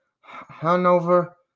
Hanover